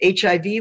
HIV